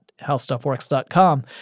howstuffworks.com